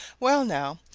well, now,